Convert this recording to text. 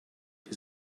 his